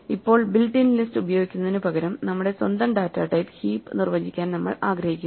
ഇപ്പോൾ built in list ഉപയോഗിക്കുന്നതിനുപകരം നമ്മുടെ സ്വന്തം ഡാറ്റാ ടൈപ്പ് ഹീപ്പ് നിർവചിക്കാൻ നമ്മൾ ആഗ്രഹിക്കുന്നു